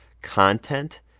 content